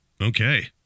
Okay